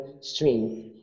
strength